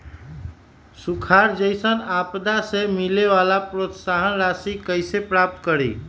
सुखार जैसन आपदा से मिले वाला प्रोत्साहन राशि कईसे प्राप्त करी?